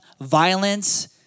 violence